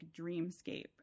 dreamscape